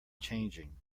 changing